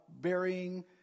burying